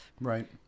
Right